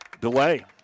Delay